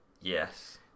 Yes